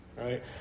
right